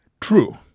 True